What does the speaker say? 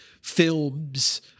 films